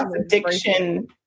addiction